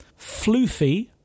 Floofy